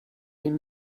den